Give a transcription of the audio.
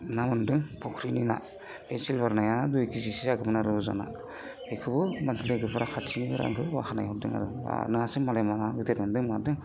ना मोनदों फख्रिनि ना एसे लिरथाया दुइ खेजिसो जागौमोन आरो अजना बेखौबो लोगोफोरा खाथिनिफोरा आंखौ बाख्नाय हरदों आरो बा नोंहासो मालाय नाह गिदिर मोनदों मादों